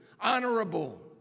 honorable